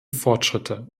fortschritte